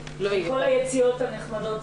יש שאלות?